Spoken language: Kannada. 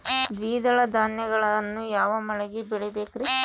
ದ್ವಿದಳ ಧಾನ್ಯಗಳನ್ನು ಯಾವ ಮಳೆಗೆ ಬೆಳಿಬೇಕ್ರಿ?